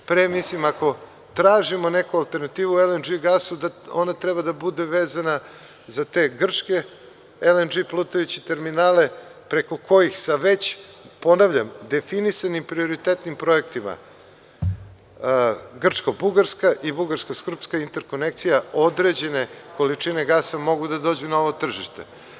Pre mislim, ako tražimo neku alternativu u LNG gasu, da ona treba da bude vezana za te Grčke LNG plutajuće terminale, preko kojih sa već definisanim prioritetnim projektima grčko–bugarska i bugarsko–srpska interkonekcija, odrđene količine gasa mogu da dođu na ovo tržište.